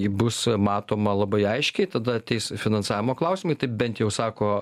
ji bus matoma labai aiškiai tada ateis finansavimo klausimai tai bent jau sako